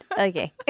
Okay